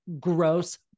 gross